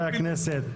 חברי הכנסת,